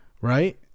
right